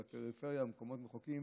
בפריפריה ובמקומות רחוקים,